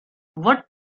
what